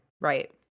Right